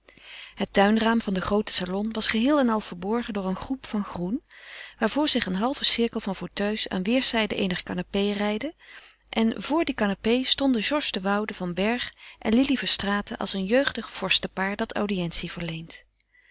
het tuinraam van den grooten salon was geheel en al verborgen door een groep van groen waarvoor zich een halve cirkel van fauteuils aan weêrszijden eener canapé rijde en vor die canapé stonden georges de woude van bergh en lili verstraeten als een jeugdig vorstenpaar dat audiëntie verleent